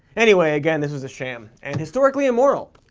anyway, again, this was a sham, and historically immoral.